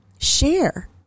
share